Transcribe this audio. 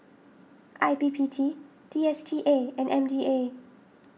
I P P T D S T A and M D A